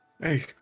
Hey